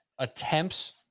attempts